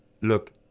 Look